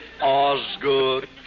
Osgood